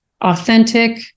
authentic